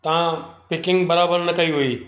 तव्हां पैकिंग बराबरि न कई हुई